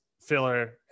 filler